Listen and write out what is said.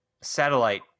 satellite